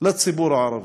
לציבור הערבי.